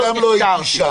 אני גם לא הייתי שם.